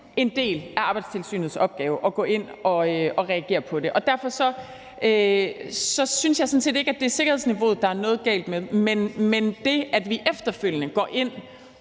en del af Arbejdstilsynets opgave at gå ind og reagere på det. Derfor synes jeg sådan set ikke, at det er sikkerhedsniveauet, der er noget galt med, men det, at vi efterfølgende går ind